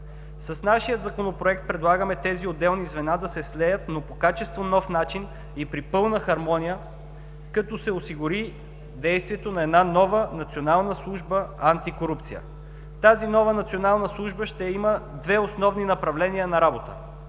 С нашия Законопроект предлагаме тези отделни звена да се слеят, но по качествено нов начин и при пълна хармония като се осигури действието на нова национална служба „Антикорупция“. Тази нова национална служба ще има две основни направления на работа: